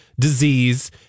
disease